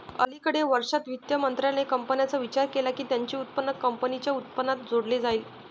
अलिकडे वर्षांत, वित्त मंत्रालयाने कंपन्यांचा विचार केला की त्यांचे उत्पन्न कंपनीच्या उत्पन्नात जोडले जाईल